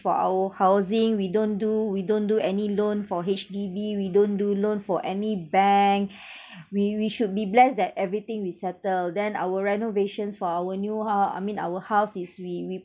for our housing we don't do we don't do any loan for H_D_B we don't do loan for any bank we we should be blessed that everything we settled then our renovations for our new house I mean our house is we we